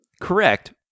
Correct